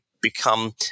become